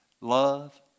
Love